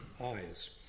eyes